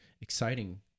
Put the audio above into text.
exciting